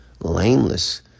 Lameless